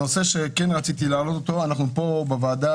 בוועדה